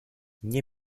nie